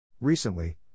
Recently